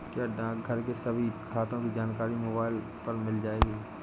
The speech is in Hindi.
क्या डाकघर के सभी खातों की जानकारी मोबाइल पर मिल जाएगी?